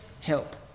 help